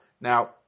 Now